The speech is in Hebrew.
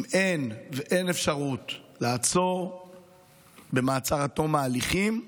אם אין אפשרות לעצור במעצר עד תום ההליכים,